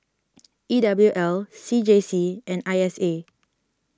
E W L C J C and I S A